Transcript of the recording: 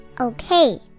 Okay